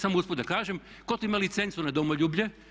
Samo usput da kažem, tko to ima licencu na domoljublje?